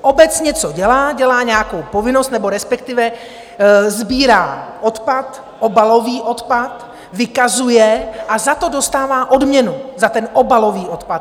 Obec něco dělá, dělá nějakou povinnost nebo respektive sbírá odpad, obalový odpad, vykazuje a za to dostává odměnu, za ten obalový odpad.